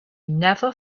never